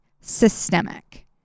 systemic